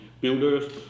builders